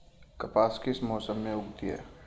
कपास किस मौसम में उगती है?